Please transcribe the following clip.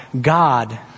God